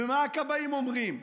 ומה הכבאים אומרים,